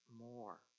more